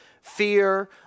fear